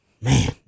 man